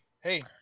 Hey